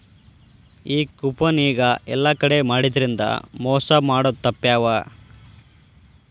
ಈ ಕೂಪನ್ ಈಗ ಯೆಲ್ಲಾ ಕಡೆ ಮಾಡಿದ್ರಿಂದಾ ಮೊಸಾ ಮಾಡೊದ್ ತಾಪ್ಪ್ಯಾವ